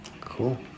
Cool